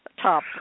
top